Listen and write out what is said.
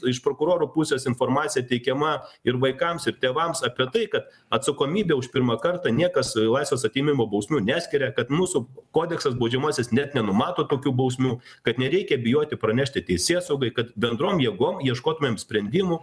iš prokurorų pusės informacija teikiama ir vaikams ir tėvams apie tai kad atsakomybę už pirmą kartą niekas laisvės atėmimo bausmių neskiria kad mūsų kodeksas baudžiamasis net nenumato tokių bausmių kad nereikia bijoti pranešti teisėsaugai kad bendrom jėgom ieškotumėm sprendimų